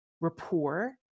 rapport